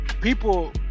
people